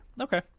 Okay